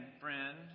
friend